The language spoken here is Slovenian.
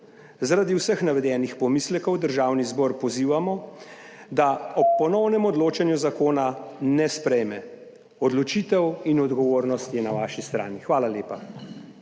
Zaradi vseh navedenih pomislekov Državni zbor pozivamo, da ob ponovnem odločanju zakona ne sprejme. Odločitev in odgovornost je na vaši strani. Hvala lepa.